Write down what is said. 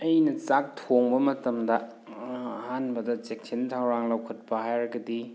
ꯑꯩꯅ ꯆꯥꯛ ꯊꯣꯡꯕ ꯃꯇꯝꯗ ꯑꯍꯥꯟꯕꯗ ꯆꯦꯛꯁꯤꯟ ꯊꯧꯔꯥꯡ ꯂꯧꯈꯠꯄ ꯍꯥꯏꯔꯒꯗꯤ